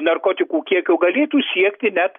narkotikų kiekio galėtų siekti net